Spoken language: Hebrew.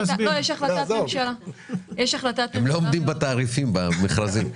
הם לא עומדים בתעריפים במכרזים.